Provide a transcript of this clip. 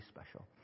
special